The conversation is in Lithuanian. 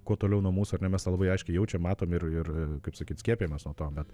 kuo toliau nuo mūsų ar ne mes tą labai aiškiai jaučiam matom ir ir kaip sakyt skiepijamės nuo to bet